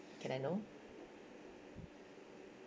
can I know